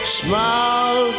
smile